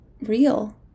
real